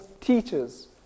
teachers